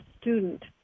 student